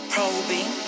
Probing